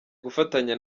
gufatanya